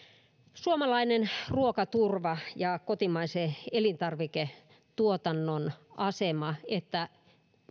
suomalainen ruokaturva ja kotimaisen elintarviketuotannon asema että